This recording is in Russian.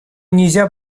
нельзя